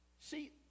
See